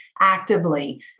actively